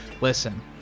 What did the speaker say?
Listen